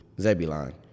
Zebulon